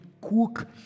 cook